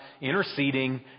interceding